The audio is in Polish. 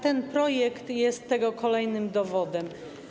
Ten projekt jest tego kolejnym dowodem.